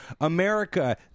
America